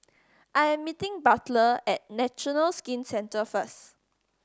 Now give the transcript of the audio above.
I am meeting Butler at National Skin Centre first